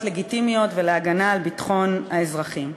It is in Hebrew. לגיטימיות ולהגנה על ביטחון האזרחים.